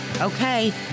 Okay